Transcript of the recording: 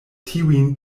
tiujn